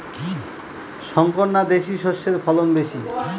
শংকর না দেশি সরষের ফলন বেশী?